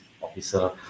officer